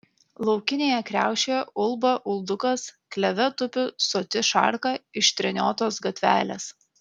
laukinėje kriaušėje ulba uldukas kleve tupi soti šarka iš treniotos gatvelės